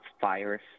fires